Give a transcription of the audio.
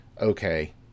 okay